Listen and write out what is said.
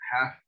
half